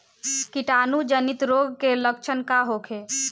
कीटाणु जनित रोग के लक्षण का होखे?